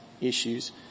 issues